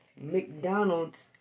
McDonald's